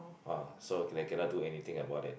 ah so cannot cannot do anything about it